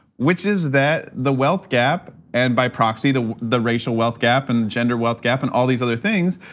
which is that the wealth gap, and by proxy the the racial wealth gap and gender wealth gap and all these other things.